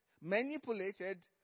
manipulated